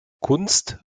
kunst